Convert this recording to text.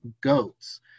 goats